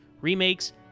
remakes